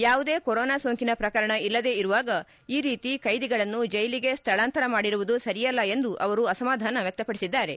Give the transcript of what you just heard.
ಯಾವುದೇ ಕೊರೊನಾ ಸೋಂಕಿನ ಪ್ರಕರಣ ಇಲ್ಲದೇ ಇರುವಾಗ ಈ ರೀತಿ ಕೈದಿಗಳನ್ನು ಜೈಲಿಗೆ ಸ್ಥಳಾಂತರ ಮಾಡಿರುವುದು ಸರಿಯಲ್ಲ ಎಂದು ಅವರು ಅಸಮಧಾನ ವ್ಯಕ್ತಪಡಿಸಿದ್ದಾರೆ